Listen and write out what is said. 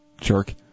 Jerk